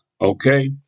okay